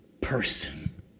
person